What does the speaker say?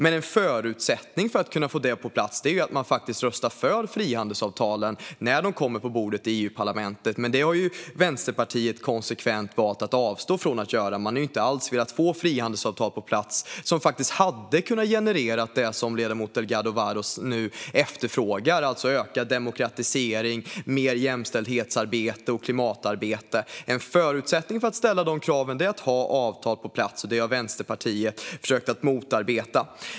En förutsättning för att kunna få detta på plats är dock att faktiskt rösta för frihandelsavtalen när de kommer på bordet i EU-parlamentet, men detta har ju Vänsterpartiet konsekvent valt att avstå från att göra. Man har inte alls velat få frihandelsavtal på plats som hade kunnat generera det som ledamoten Delgado Varas nu efterfrågar, alltså ökad demokratisering och mer jämställdhetsarbete och klimatarbete. En förutsättning för att ställa dessa krav är ju att ha avtal på plats, och detta har Vänsterpartiet försökt motarbeta.